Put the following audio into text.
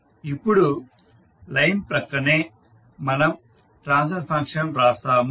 ఇప్పుడు లైన్ ప్రక్కనే మనం ట్రాన్స్ఫర్ ఫంక్షన్ వ్రాస్తాము